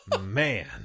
Man